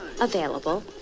available